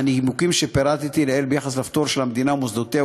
מהנימוקים שפירטתי לעיל ביחס לפטור של המדינה ומוסדותיה,